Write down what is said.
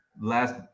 last